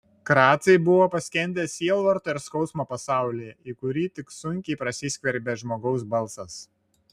kracai buvo paskendę sielvarto ir skausmo pasaulyje į kurį tik sunkiai prasiskverbė žmogaus balsas